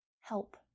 help